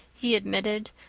he admitted,